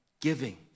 Giving